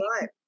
right